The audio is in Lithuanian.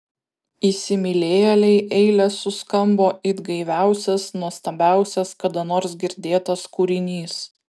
įsimylėjėlei eilės suskambo it gaiviausias nuostabiausias kada nors girdėtas kūrinys